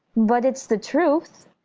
but it's the truth!